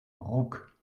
ruck